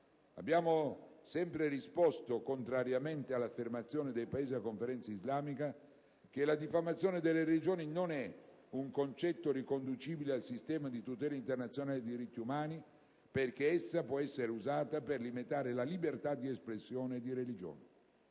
Abbiamo sempre risposto, contrariamente all'affermazione dei Paesi della Conferenza islamica, che la diffamazione delle religioni non è un concetto riconducibile al sistema di tutela internazionale dei diritti umani, perché essa può essere usata per limitare la libertà di espressione e di religione.